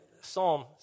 Psalm